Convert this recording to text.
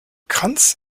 kranz